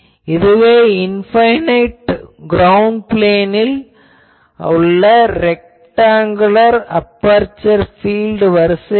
இதுவே infinite ground பிளேனில் உள்ள ரெக்டாங்குலர் அபெர்சரின் பீல்ட் வரிசை ஆகும்